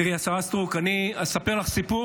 תראי, השרה סטרוק, אני אספר לך סיפור,